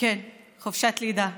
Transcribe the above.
כן, חופשת לידה.